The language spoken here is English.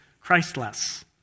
Christless